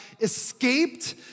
escaped